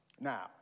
Now